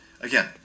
Again